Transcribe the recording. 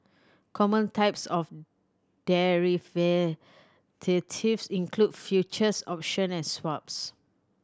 common types of include futures option and swaps